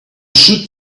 should